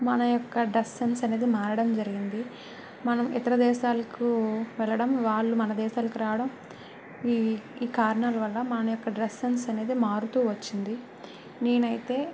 మన యొక్క dress sense అనేది మారడం జరిగింది మనం ఇతర దేశాలకు వెళ్ళడం వాళ్ళు మన దేశాలకు రావడం ఈ ఈ కారణాల వల్ల మన యొక్క డ్రస్ సెన్స్ అనేది మారుతు వచ్చింది నేనైతే